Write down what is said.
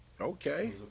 Okay